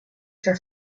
for